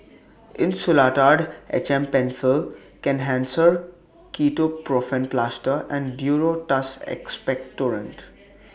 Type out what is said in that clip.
Insulatard H M PenFill Kenhancer Ketoprofen Plaster and Duro Tuss Expectorant